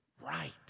right